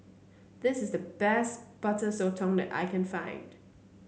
this is the best Butter Sotong that I can find